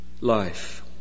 life